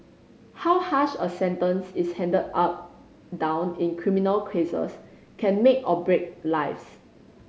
how harsh a sentence is handed down in criminal cases can make or break lives